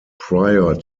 prior